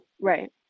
right